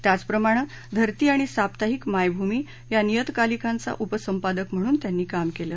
त्याचप्रमाणे धरती आणि साप्ताहिक मायभूमी या नियतकालिकांचा उपसंपादक म्हणून काम केले